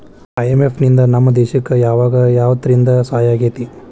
IMF ನಿಂದಾ ನಮ್ಮ ದೇಶಕ್ ಯಾವಗ ಯಾವ್ರೇತೇಂದಾ ಸಹಾಯಾಗೇತಿ?